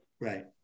right